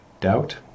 doubt